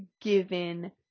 given